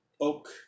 oak